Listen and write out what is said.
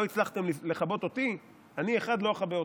לא הצלחתם לכבות אותי, אני אחד לא אכבה אתכם,